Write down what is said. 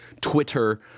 Twitter